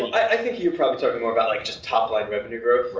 i think you're probably talking more about like just top-line revenue growth.